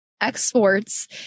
exports